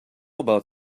about